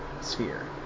sphere